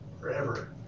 forever